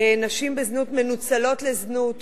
נשים בזנות מנוצלות לזנות.